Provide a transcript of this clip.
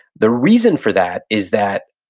the reason for that is that,